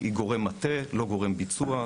היא גורם מטה, לא גורם ביצוע.